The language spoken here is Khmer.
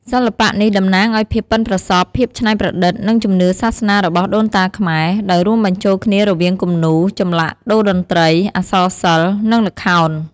សិល្បៈនេះតំណាងឲ្យភាពប៉ិនប្រសប់ ភាពច្នៃប្រឌិត និងជំនឿសាសនារបស់ដូនតាខ្មែរ ដោយរួមបញ្ចូលគ្នារវាងគំនូរ ចម្លាក់ តូរ្យតន្ត្រី អក្សរសិល្ប៍ និងល្ខោន។